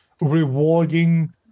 rewarding